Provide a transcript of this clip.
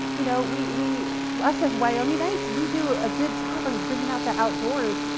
you know, we, we, us as wyomingites, we do a good job of bringing out the outdoors,